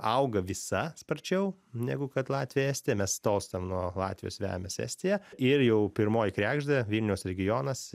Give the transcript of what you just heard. auga visa sparčiau negu kad latvija estija mes tolstam nuo latvijos vejamės estiją ir jau pirmoji kregždė vilniaus regionas